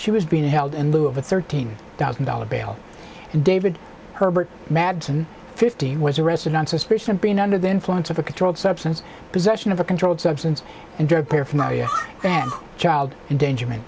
she was being held in lieu of a thirteen thousand dollars bail and david herbert madsen fifteen was arrested on suspicion of being under the influence of a controlled substance possession of a controlled substance and drug paraphernalia and child endangerment